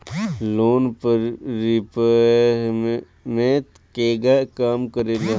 Loan repayment केगा काम करेला?